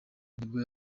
nibwo